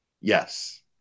yes